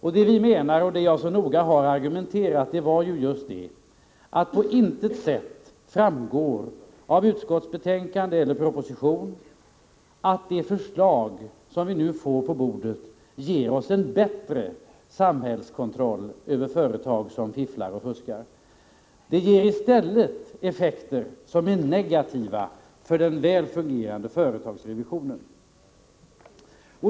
Vad vi menar och vad jag noggrant har påpekat är att det på intet sätt framgår i utskottets betänkande eller i propositionen att det förslag som vi nu får på våra bord ger en bättre samhällskontroll över företag som fifflar och fuskar. Det ger i stället negativa effekter för den väl fungerande företagsrevisionen.